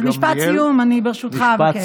משפט סיום, אני ברשותך אבקש.